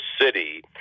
city